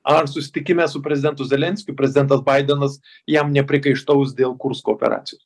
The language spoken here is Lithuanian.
ar susitikime su prezidentu zelenskiu prezidentas baidenas jam nepriekaištaus dėl kursko operacijos